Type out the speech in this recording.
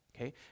okay